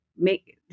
make